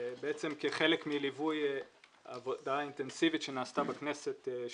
בעצם כחלק מליווי עבודה אינטנסיבית שנעשתה בכנסת,